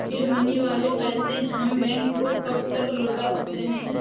Seed money वाले पैसे हम बैंक को कब तक लौटा सकते हैं?